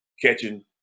catching